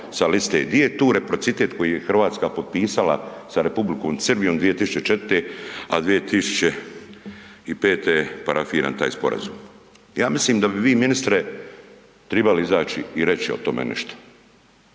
sa liste. Di je tu reciprocitet koji je Hrvatska potpisala sa Republikom Srbijom 2004., a 2005.je parafiran taj sporazum? Ja mislim da bi vi ministre tribali izaći i reći o tome nešto.